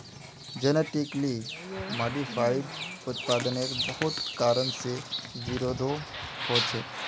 genetically modified उत्पादेर बहुत कारण से विरोधो होछे